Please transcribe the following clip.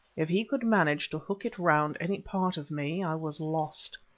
if he could manage to hook it round any part of me i was lost.